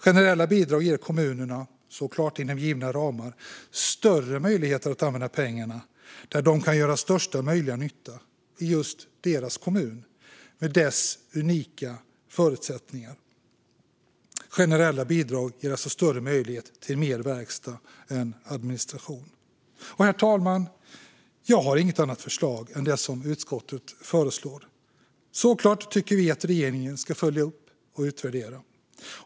Generella bidrag ger kommunerna, såklart inom givna ramar, större möjligheter att använda pengarna där de kan göra största möjliga nytta i just deras kommun med dess unika förutsättningar. Generella bidrag ger alltså större möjlighet till mer verkstad än administration. Herr talman! Jag har inget annat förslag än det som utskottet föreslår. Såklart tycker vi att regeringen ska följa upp och utvärdera.